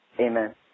Amen